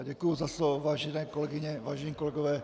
Děkuji za slovo, vážené kolegyně, vážení kolegové.